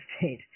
state